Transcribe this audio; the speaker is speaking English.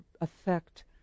affect